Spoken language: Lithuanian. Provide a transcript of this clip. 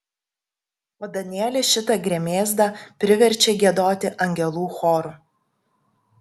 o danielė šitą gremėzdą priverčia giedoti angelų choru